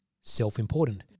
self-important